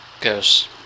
goes